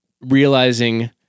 realizing